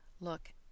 Look